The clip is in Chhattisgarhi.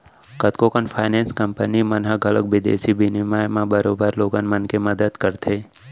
कतको कन फाइनेंस कंपनी मन ह घलौक बिदेसी बिनिमय म बरोबर लोगन मन के मदत करथे